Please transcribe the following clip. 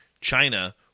China